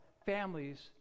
families